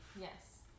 yes